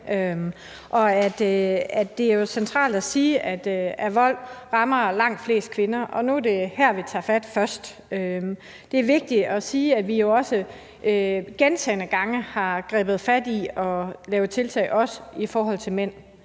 Det er jo centralt at sige, at vold rammer langt flest kvinder, og nu er det her, vi tager fat først. Det er vigtigt at sige, at vi jo også gentagne gange har grebet fat i at lave tiltag i forhold til mænd,